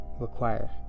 require